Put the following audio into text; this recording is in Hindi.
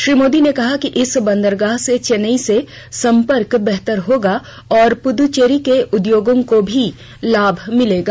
श्री मोदी ने कहा कि इस बंदरगाह से चेन्नई से सम्पर्क बेहतर होगा और पुद्वच्चेरी के उद्योगों को भी लाभ मिलेगा